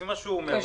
לפי מה שהוא אומר.